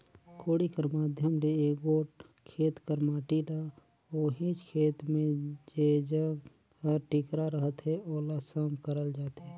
कोड़ी कर माध्यम ले एगोट खेत कर माटी ल ओहिच खेत मे जेजग हर टिकरा रहथे ओला सम करल जाथे